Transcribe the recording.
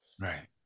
right